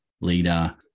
leader